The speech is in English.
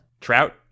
Trout